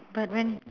but when